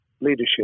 leadership